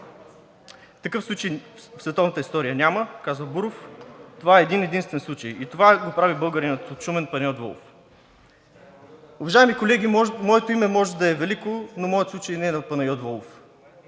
„Такъв случай в световната история няма!“ – казва Буров. Това е един-единствен случай и това го прави българинът от Шумен Панайот Волов! Уважаеми колеги, моето име може да е Велико, но моят случай не е на Панайот Волов.